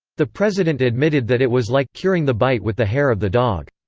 the president admitted that it was like curing the bite with the hair of the dog.